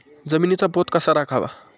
जमिनीचा पोत कसा राखावा?